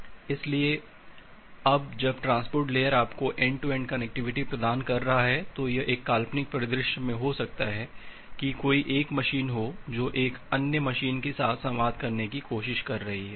इसलिए अब जब ट्रांसपोर्ट लेयर आपको एंड टू एंड कनेक्टिविटी प्रदान कर रहा है तो यह एक काल्पनिक परिदृश्य में हो सकता है कि कोई एक मशीन हो जो एक अन्य मशीन के साथ संवाद करने की कोशिश कर रही है